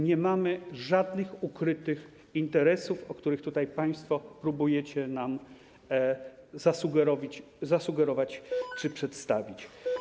Nie mamy żadnych ukrytych interesów, które tutaj państwo próbujecie nam zasugerować czy przedstawić.